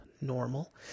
normal